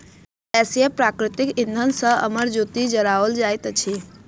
गैसीय प्राकृतिक इंधन सॅ अमर ज्योति जराओल जाइत अछि